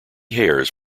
hairs